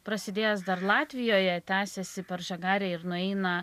prasidėjęs dar latvijoje tęsiasi per žagarę ir nueina